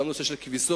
גם בנושא של כביסות,